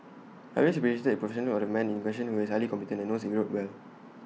I always appreciated the professionalism of the man in question who is highly competent and knows Europe well